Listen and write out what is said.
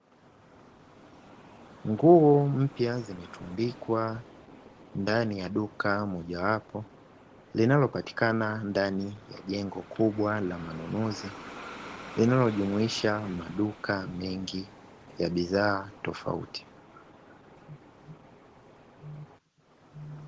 Nguo mpya zimetundikwa ndani ya duka mojawapo linalopatikana ndani ya jengo kubwa la manunuzi, linalojumuisha maduka mengi ya bidhaa tofauti.